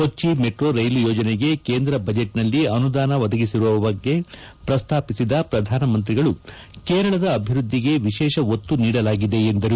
ಕೊಚ್ಚ metro ರೈಲು ಯೋಜನೆಗೆ ಕೇಂದ್ರ ಬಜೆಟ್ನಲ್ಲಿ ಅನುದಾನ ಒದಗಿಸಿರುವ ಬಗ್ಗೆ ಪ್ರಸ್ತಾಪಿಸಿದ ಪ್ರಧಾನಮಂತ್ರಿ ಕೇರಳದ ಅಭಿವೃದ್ದಿಗೆ ವಿಶೇಷ ಒತ್ತು ನೀಡಲಾಗಿದೆ ಎಂದರು